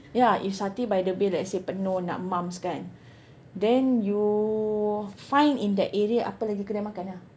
ya if satay by the bay let's say penuh nak mams kan then you find in that area apa lagi kedai makan ah